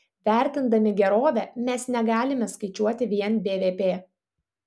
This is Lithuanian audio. vertindami gerovę mes negalime skaičiuoti vien bvp